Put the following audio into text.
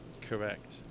correct